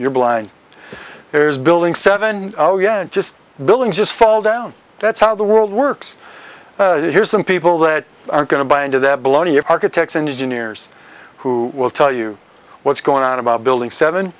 you're blind there's building seven oh yeah just building just fell down that's how the world works here's some people that are going to buy into that baloney if architects engineers who will tell you what's going on about building seven